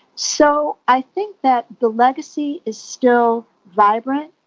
so i think that the legacy is still vibrant,